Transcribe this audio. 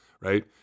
right